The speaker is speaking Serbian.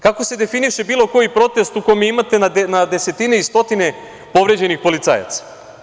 Kako se definiše bilo koji protest u kome imate na desetine i stotine povređenih policajaca?